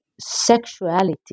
sexuality